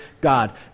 God